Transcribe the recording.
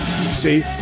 See